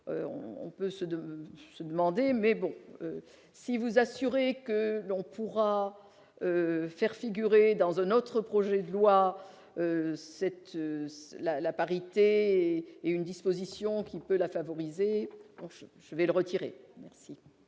se de se demander : mais bon si vous assurer que l'on pourra faire figurer dans un autre projet de loi cette la la parité est une disposition qui peut la favoriser, je vais le retirer, merci.